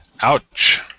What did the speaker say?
Ouch